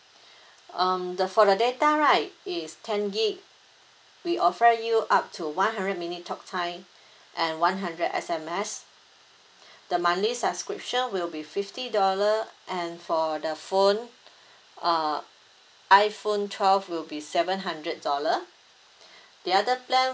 um the for the data right is ten gig we offer you up to one hundred minute talk time and one hundred S_M_S the monthly subscription will be fifty dollar and for the phone uh iphone twelve will be seven hundred dollar the other plan